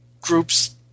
groups